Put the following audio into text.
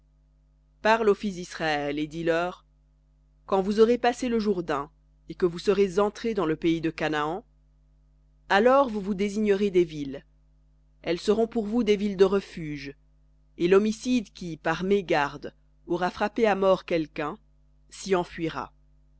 aux fils d'israël et dis-leur quand vous aurez passé le jourdain et que vous serez entrés dans le pays de canaan alors vous vous désignerez des villes elles seront pour vous des villes de refuge et l'homicide qui par mégarde aura frappé à mort quelqu'un s'y enfuira